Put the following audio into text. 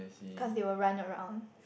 cause they will run around